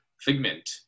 Figment